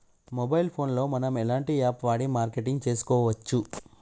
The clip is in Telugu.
మొబైల్ ఫోన్ లో మనం ఎలాంటి యాప్ వాడి మార్కెటింగ్ తెలుసుకోవచ్చు?